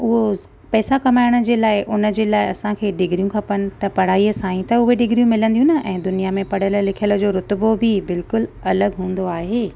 उहो पैसा कमाइण जे लाइ उन जे लाइ असांखे डिगरियूं खपनि त पढ़ाईअ सां ई त उहे ॾिगरियूं मिलंदियूं न ऐं दुनिया में पढ़ियल लिखियल जो रुतबो बि बिल्कुलु अलॻि हूंदो आहे